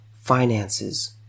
finances